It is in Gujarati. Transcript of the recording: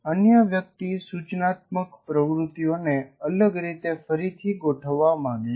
અન્ય વ્યક્તિ સૂચનાત્મક પ્રવૃત્તિઓને અલગ રીતે ફરીથી ગોઠવવા માંગે છે